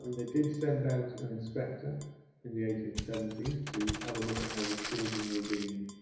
they did send out an inspector in the eighteen seventy s to have a look at how the children were being